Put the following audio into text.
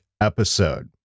episode